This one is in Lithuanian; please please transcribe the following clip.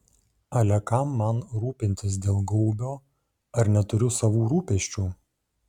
ale kam man rūpintis dėl gaubio ar neturiu savų rūpesčių